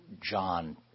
John